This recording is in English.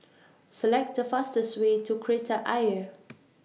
Select The fastest Way to Kreta Ayer